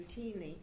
routinely